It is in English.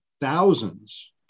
thousands